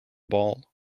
ball